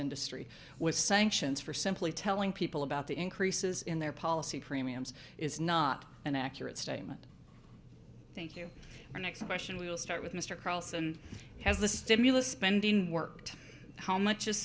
industry with sanctions for simply telling people about the increases in their policy premiums is not an accurate statement thank you our next question we'll start with mr carlson has the stimulus spending worked how much is